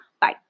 Bye